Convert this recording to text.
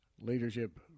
leadership